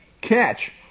catch